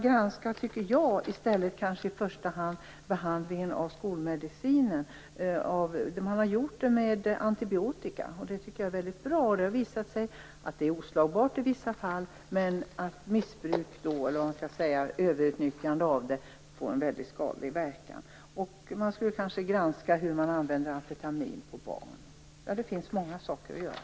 Jag tycker att man i första hand skall granska behandlingen av skolmedicinen. Det har man gjort när det gäller antibiotika, och det är väldigt bra. Det har visat sig att antibiotika är oslagbart i vissa fall men att överutnyttjande har en skadlig verkan. Man skulle kanske också granska hur amfetamin används på barn. Ja, det finns många saker att göra.